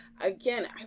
Again